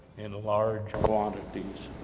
in large quantities.